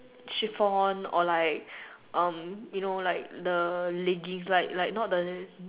chiffon or like um you know like the leggings like like not the